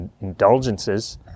indulgences